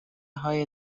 های